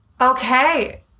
Okay